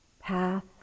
path